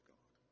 God